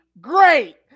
great